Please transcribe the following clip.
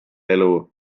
elu